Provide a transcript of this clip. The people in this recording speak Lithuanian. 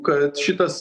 kad šitas